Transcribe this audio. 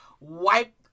wipe